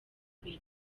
mbere